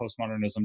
postmodernism